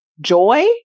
joy